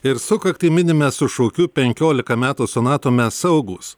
ir sukaktį minime su šūkiu penkiolika metų su nato mes saugūs